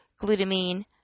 glutamine